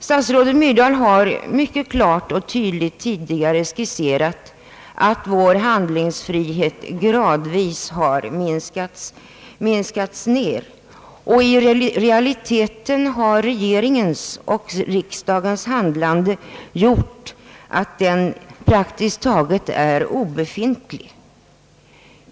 Statsrådet Myrdal har tidigare mycket klart och tydligt skisserat hur vår handlingsfrihet gradvis minskats ner, och i realiteten har regeringens och riksdagens handlande gjort att den praktiskt taget är obefintlig.